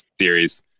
series